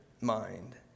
mind